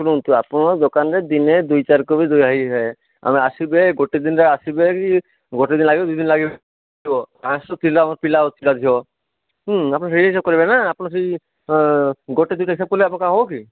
ଶୁଣନ୍ତୁ ଆପଣ ଦୋକାନରେ ଦିନେ ଦୁଇ ଚାରି କପି ଧୂଆଇବେ ଆମେ ଆସିବେ ଗୋଟେ ଦିନର ଆସିବେ କି ଗୋଟେ ଦିନ ଲାଗିବ ଦୁଇ ଦିନ ଲାଗିବ ପାଞ୍ଚଶହ ପିଲା ଆମର ଅଧିକା ଯିବ ଆପଣ ସେଇ ହିସାବ କରିବେନା ଆପଣ ସେଇ ଗୋଟେ ଦୁଇଟା ହେବକି